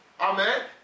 Amen